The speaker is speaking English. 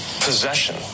Possession